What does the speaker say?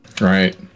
Right